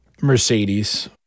Mercedes